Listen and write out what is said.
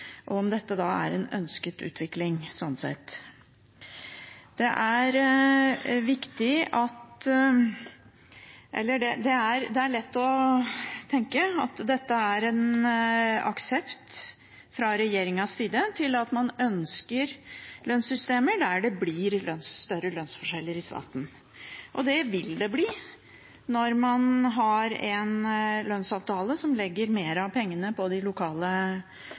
og om dette er en ønsket utvikling, sånn sett. Det er lett å tenke at dette er en aksept fra regjeringens side for at man ønsker lønnssystemer der det blir større lønnsforskjeller i staten, og det vil det bli. Når man har en lønnsavtale som legger mer av pengene til de lokale